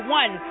one